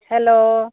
hello